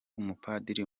umupadiri